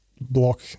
block